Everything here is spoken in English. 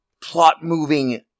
plot-moving